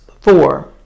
four